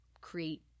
create